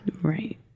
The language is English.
Right